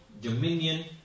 dominion